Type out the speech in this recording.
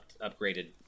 upgraded